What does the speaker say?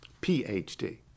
Ph.D